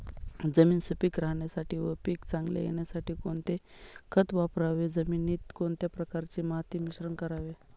जमीन सुपिक राहण्यासाठी व पीक चांगले येण्यासाठी कोणते खत वापरावे? जमिनीत कोणत्या प्रकारचे माती मिश्रण करावे?